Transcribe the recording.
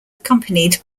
accompanied